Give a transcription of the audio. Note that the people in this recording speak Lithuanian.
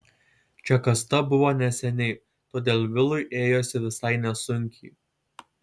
čia kasta buvo neseniai todėl vilui ėjosi visai nesunkiai